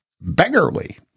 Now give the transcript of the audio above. Beggarly